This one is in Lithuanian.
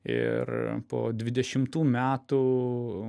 ir po dvidešimtų metų